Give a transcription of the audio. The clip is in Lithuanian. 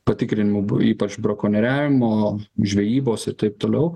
patikrinimų buvo ypač brakonieriavimo žvejybos ir taip toliau